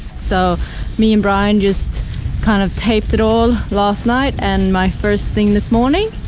so me and brian just kind of taped it all last night. and my first thing this morning